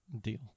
Deal